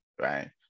right